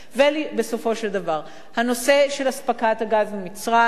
ובסופו של דבר, הנושא של אספקת הגז ממצרים.